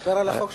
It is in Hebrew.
ספר על החוק שלך,